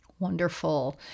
Wonderful